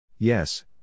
Yes